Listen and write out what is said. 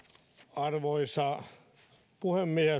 arvoisa puhemies